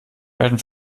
werden